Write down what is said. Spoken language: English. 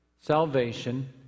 salvation